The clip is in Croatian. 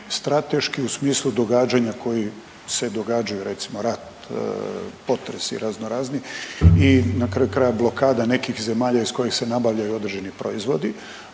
strateški u smislu događanja koji se događaju recimo rat, potresi razno razni i na kraju krajeva blokada nekih zemalja iz kojih se nabavljaju određeni proizvodi